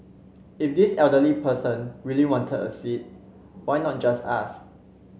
if this elderly person really wanted a seat why not just ask